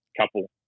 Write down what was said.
couple